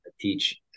teach